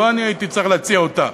לא אני הייתי צריך להציע אותה.